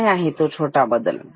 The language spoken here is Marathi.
काय आहे तो छोटा बदल